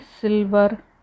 silver